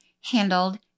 handled